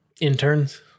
Interns